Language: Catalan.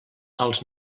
als